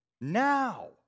now